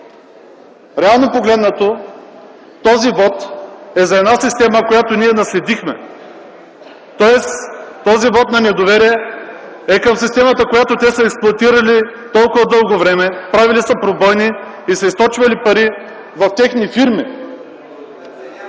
Реално погледнато, този вот е за една система, която ние наследихме. Тоест този вот на недоверие е към системата, която те са експлоатирали толкова дълго време, правили са пробойни и са източвали пари в техни фирми.